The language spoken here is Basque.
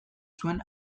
zuen